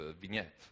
vignette